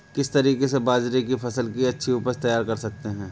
किस तरीके से बाजरे की फसल की अच्छी उपज तैयार कर सकते हैं?